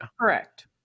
Correct